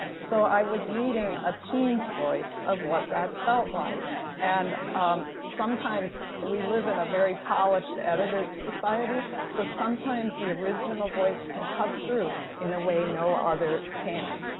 so i was reading a teen's voice of what that felt like and sometimes we live in a very polished, edited society. so sometimes the original voice can cut through in a way no other can.